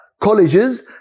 colleges